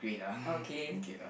okay